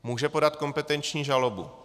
Může podat kompetenční žalobu.